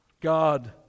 God